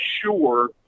sure